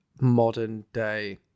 modern-day